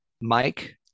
Mike